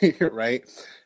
right